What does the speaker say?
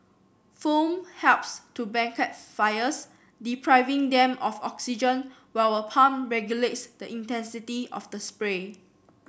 foam helps to blanket fires depriving them of oxygen while a pump regulates the intensity of the spray